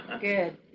Good